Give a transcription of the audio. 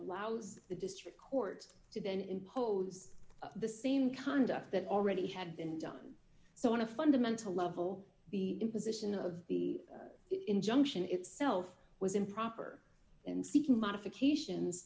allows the district courts to then impose the same conduct that already had been done so in a fundamental level the imposition of the injunction itself was improper and seeking modifications